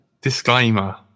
disclaimer